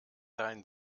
dein